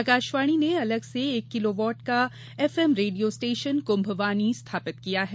आकाशवाणी ने अलग से एक किलोवाट का एफएम रेडियो स्टेशन कुम्भवाणी स्थापित किया है